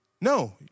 No